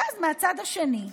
ואז, מהצד השני,